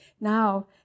Now